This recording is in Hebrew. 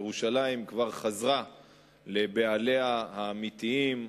ירושלים כבר חזרה לבעליה האמיתיים,